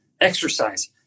exercise